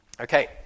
Okay